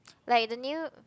like the new